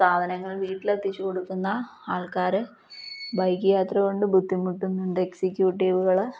സാധനങ്ങൾ വീട്ടിലെത്തിച്ചു കൊടുക്കുന്ന ആൾക്കാർ ബൈക്ക് യാത്ര കൊണ്ട് ബുദ്ധിമുട്ടുന്നുണ്ട് എക്സിക്യൂട്ടീവുകൾ